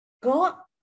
God